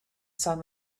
sun